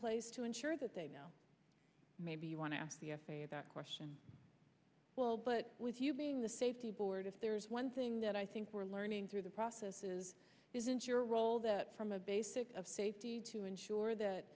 place to ensure that they know maybe you want to ask the f a a about question well but with you being the safety board if there is one thing that i think we're learning through the process is isn't your role that from a basic of safety to ensure that